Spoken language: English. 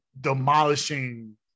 demolishing